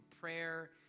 prayer